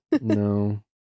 No